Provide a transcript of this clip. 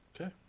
Okay